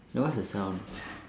then what's the sound